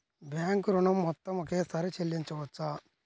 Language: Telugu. బ్యాంకు ఋణం మొత్తము ఒకేసారి చెల్లించవచ్చా?